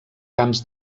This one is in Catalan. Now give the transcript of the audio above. camps